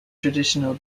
traditional